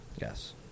Yes